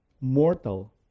mortal